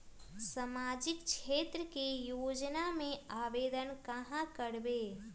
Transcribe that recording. सामाजिक क्षेत्र के योजना में आवेदन कहाँ करवे?